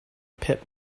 pit